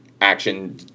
action